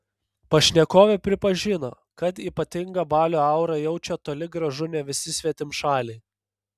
pašnekovė pripažino kad ypatingą balio aurą jaučią toli gražu ne visi svetimšaliai